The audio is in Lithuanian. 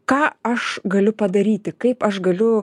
ką aš galiu padaryti kaip aš galiu